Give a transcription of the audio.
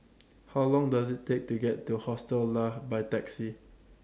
How Long Does IT Take to get to Hostel Lah By Taxi